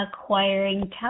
acquiring